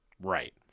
Right